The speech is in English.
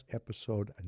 episode